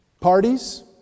parties